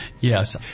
Yes